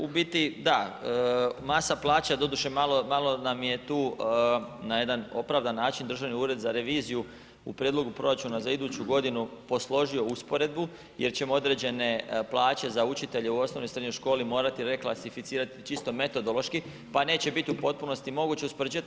U biti da, masa plaća doduše malo nam je tu na jedan opravdan način Državni ured za reviziju u prijedlogu proračuna za iduću godinu posložio usporedbu jer ćemo određene plaće za učitelje u osnovnoj i srednjoj školi morati reklasificirati čisto metodološki pa neće biti u potpunosti moguće uspoređivat.